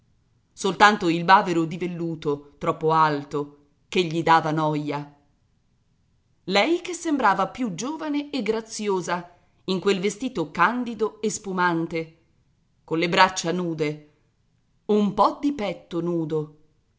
soltanto il bavero di velluto troppo alto che gli dava noia lei che sembrava più giovane e graziosa in quel vestito candido e spumante colle braccia nude un po di petto nudo